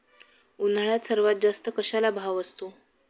उन्हाळ्यात सर्वात जास्त कशाला भाव असतो?